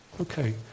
Okay